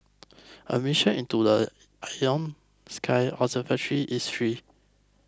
admission into the Ion Sky observatory is free